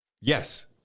Yes